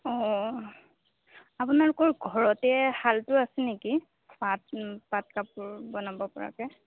অঁ আপোনালোকৰ ঘৰতে শালটো আছে নেকি পাট কাপোৰ বনাব পৰাকৈ